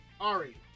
Ari